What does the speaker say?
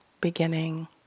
beginning